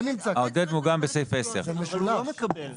העובד מוגן בסעיף 10. אבל הוא לא מקבל,